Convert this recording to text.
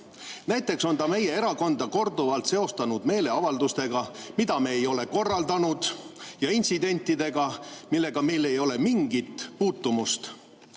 Näiteks on ta meie erakonda korduvalt seostanud meeleavaldustega, mida me ei ole korraldanud, ja intsidentidega, millega meil ei ole mingit puutumust.